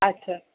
अच्छा